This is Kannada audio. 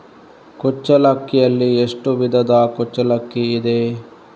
ಕುಚ್ಚಲಕ್ಕಿಯಲ್ಲಿ ಎಷ್ಟು ವಿಧದ ಕುಚ್ಚಲಕ್ಕಿ ಇದೆ?